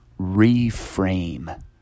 reframe